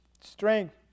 strength